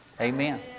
amen